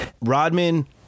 Rodman